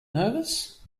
nervous